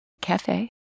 cafe